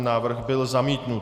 Návrh byl zamítnut.